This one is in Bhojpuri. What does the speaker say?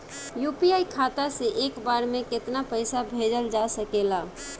यू.पी.आई खाता से एक बार म केतना पईसा भेजल जा सकेला?